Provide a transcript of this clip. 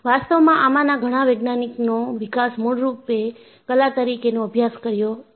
વાસ્તવમાં આમાંના ઘણા વૈજ્ઞાનિકનો વિકાસ મૂળરૂપે કલા તરીકેનો અભ્યાસ કર્યો હતો